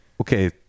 Okay